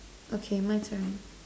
okay my turn